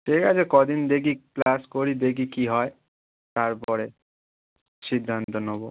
ঠিক আছে কদিন দেখি ক্লাস করি দেখি কী হয় তারপরে সিদ্ধান্ত নেবো